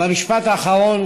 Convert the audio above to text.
במשפט האחרון,